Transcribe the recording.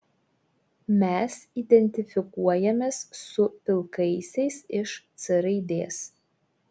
mes identifikuojamės su pilkaisiais iš c raidės